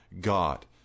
God